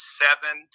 seven